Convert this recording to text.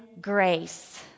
grace